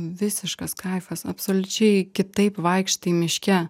visiškas kaifas absoliučiai kitaip vaikštai miške